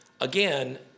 again